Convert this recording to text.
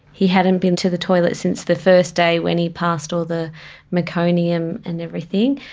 he hadn't been to the toilet since the first day when he passed all the meconium and everything,